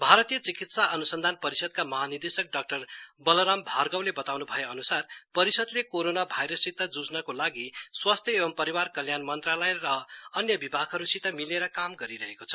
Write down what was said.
भारतीय चिकित्सा अनुसन्धान परिषदका महानिर्देशक डा बलराम भार्गवले बताउनु भए अनुसार परिषद्ले कोरोना भाइरससित जुझ्नको लागि स्वास्थ्य एंव परिवार कल्याण मन्त्रालय अनि अन्य विभागहरूसित मिलेर काम गरिरहेको छ